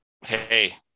Hey